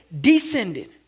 descended